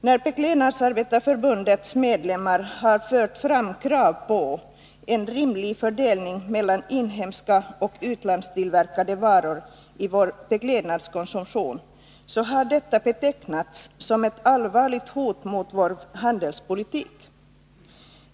När Beklädnadsarbetareförbundets medlemmar har fört fram krav på en rimlig fördelning mellan inhemska och utlandstillverkade varor i vår beklädnadskonsumtion, har detta betecknats som ett allvarligt hot mot vår handelspolitik.